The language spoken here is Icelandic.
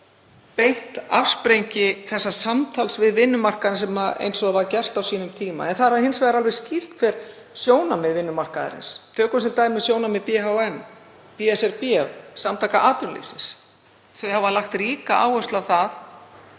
beint afsprengi þess samtals við vinnumarkaðinn eins og það var gert á sínum tíma, en það er hins vegar alveg skýrt hver sjónarmið vinnumarkaðarins eru. Tökum sem dæmi sjónarmið BHM, BSRB, Samtaka atvinnulífsins. Þau hafa lagt ríka áherslu á það